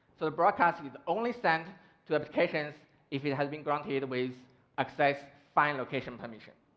the broadcast is only sent to applications if it has been granted always access fine location permission.